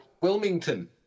Wilmington